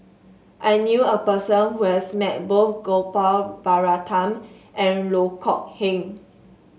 I knew a person who has met both Gopal Baratham and Loh Kok Heng